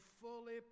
fully